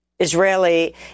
Israeli